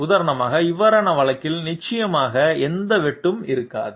உதாரணமாக இவ்வாறான வழக்குகளில் நிச்சயமாக எந்த வெட்டும் இருக்காது